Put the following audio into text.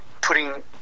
putting